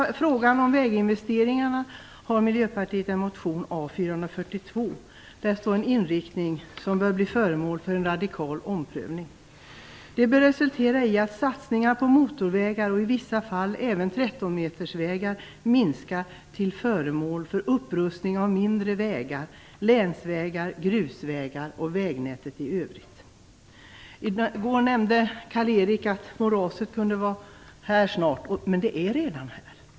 I fråga om väginvesteringarna har Miljöpartiet en motion, A442. Där står om en inriktning som bör bli föremål för en radikal omprövning. Det bör resultera i att satsningar på motorvägar och i vissa fall även 13-metersvägar minskar till förmån för upprustning av mindre vägar, länsvägar, grusvägar och vägnätet i övrigt. I går nämnde Karl-Erik Persson att moraset kunde var här snart. Men det är redan här.